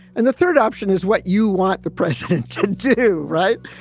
and the third option is what you want the president to do. right.